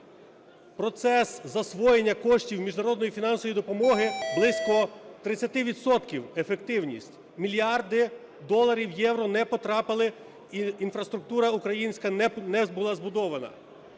Процес засвоєння коштів міжнародної фінансової допомоги – близько 30 відсотків ефективність, мільярди доларів євро не потрапили, інфраструктура українська не була збудована